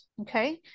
okay